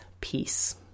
peace